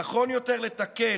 נכון יותר לתקן,